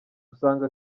usanga